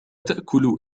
تأكل